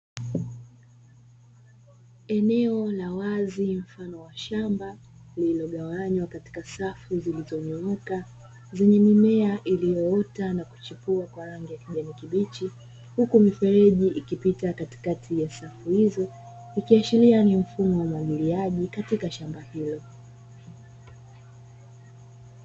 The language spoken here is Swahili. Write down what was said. Eneo la wazi mfano wa shamba lililogawanywa katika safu zilizo nyooka zenye mimea iliyoota na kuchipua kwa rangi ya kijani kibichi huku mifereji ikipita katikati ya safu hizo ikiashiria ni mfumo wa umwagiliaji katika shamba hilo.